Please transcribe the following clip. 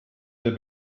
der